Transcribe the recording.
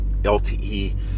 lte